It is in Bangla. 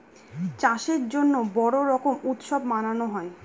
চাষের জন্য বড়ো রকম উৎসব মানানো হয়